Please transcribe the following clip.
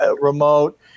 remote